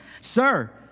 Sir